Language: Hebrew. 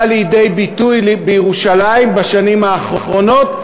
לידי ביטוי בירושלים בשנים האחרונות,